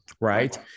right